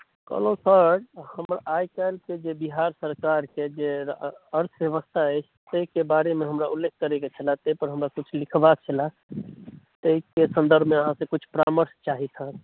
कहलहुँ सर हम आइ काल्हिके जे बिहार सरकारके जे अर्थव्यवस्था अछि ताहिके बारेमे हमरा उल्लेख करयके छले ताहिपर हमरा किछु लिखबाक छले ताहिके सन्दर्भमे अहाँसँ कुछ परामर्श चाही छल